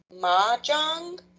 mahjong